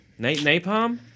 Napalm